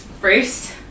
Bruce